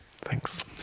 Thanks